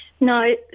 No